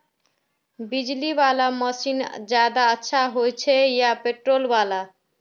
बिजली वाला मशीन ज्यादा अच्छा होचे या पेट्रोल वाला?